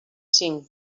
cinc